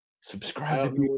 Subscribe